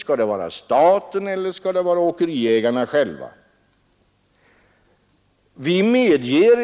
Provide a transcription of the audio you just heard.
Skall staten eller åkeriägarna själva göra det?